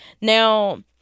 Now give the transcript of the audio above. now